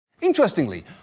Interestingly